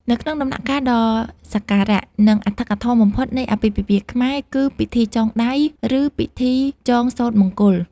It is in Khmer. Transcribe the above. នៅក្នុងដំណាក់កាលដ៏សក្ការៈ និងអធិកអធមបំផុតនៃអាពាហ៍ពិពាហ៍ខ្មែរ គឺពិធីចងដៃ ឬពិធីចងសូត្រមង្គល